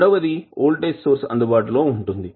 రెండవది voltage source అందుబాటులో ఉంటుంది